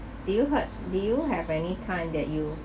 do you hurt do you have any time that you